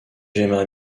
j’aimerais